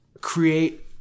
create